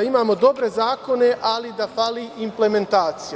imamo dobre zakone, ali da fali implementacija.